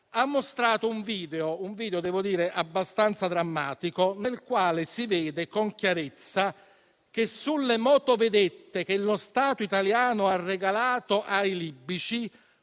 ha mostrato un video - devo dire - abbastanza drammatico, nel quale si vede con chiarezza che sulle motovedette che lo Stato italiano ha regalato ai libici,